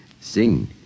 Sing